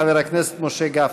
חבר הכנסת משה גפני.